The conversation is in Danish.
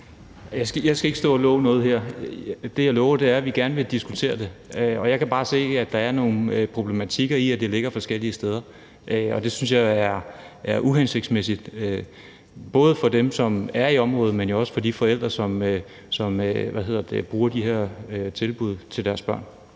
Jeg skal ikke stå og love noget her. Det, jeg lover, er, at vi gerne vil diskutere det, og jeg kan bare se, at der er nogle problematikker i, at det ligger forskellige steder, og det synes jeg er uhensigtsmæssigt både for dem, som er i området, men jo også for de forældre, som bruger de her tilbud til deres børn.